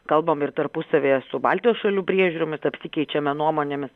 kalbam ir tarpusavyje su baltijos šalių priežiūromis apsikeičiame nuomonėmis